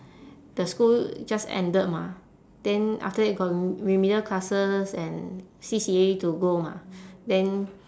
the school just ended mah then after that got remedial classes and C_C_A to go mah then